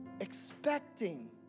expecting